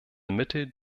mittel